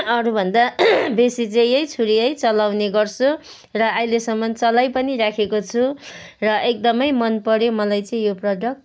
अरूभन्दा बेसी चाहिँ यही छुरी है चलाउने गर्छु र अहिलेसम्म चलाइ पनि राखेको छु र एकदमै मन पर्यो मलाई चाहिँ यो प्रडक्ट